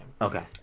Okay